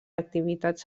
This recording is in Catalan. activitats